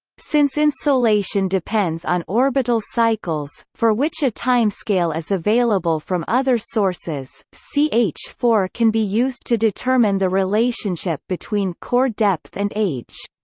since insolation depends on orbital cycles, for which a timescale is available from other sources, c h four can be used to determine the relationship between core depth and age.